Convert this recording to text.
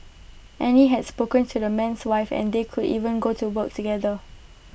Annie has spoken to the man's wife and they could even go to work together